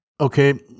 Okay